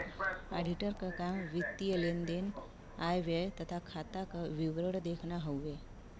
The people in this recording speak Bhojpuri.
ऑडिटर क काम वित्तीय लेन देन आय व्यय तथा खाता क विवरण देखना हउवे